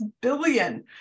billion